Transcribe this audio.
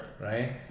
Right